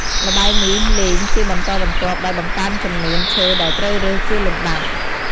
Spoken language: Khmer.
ល្បែងនេះលេងជាបន្តបន្ទាប់ដោយបង្កើនចំនួនឈើដែលត្រូវរើសជាលំដាប់។